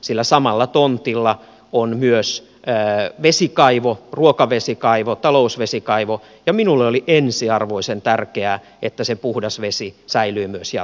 sillä samalla tontilla on myös vesikaivo ruokavesikaivo talousvesikaivo ja minulle oli ensiarvoisen tärkeää että se puhdas vesi säilyy jatkossakin